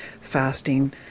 fasting